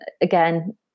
again